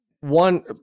one